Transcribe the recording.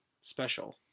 special